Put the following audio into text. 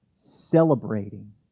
celebrating